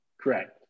correct